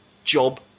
job